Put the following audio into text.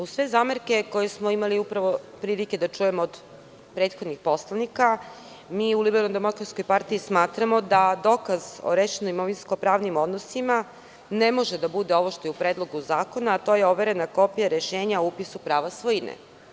Uz sve zamerke koje smo imali upravo prilike da čujemo od prethodnih poslanika, mi u LDP smatramo da dokaz o rešenim imovinsko-pravnim odnosima ne može da bude ovo što je u Predlogu zakona, a to je overena kopija rešenja o upisu prava svojine.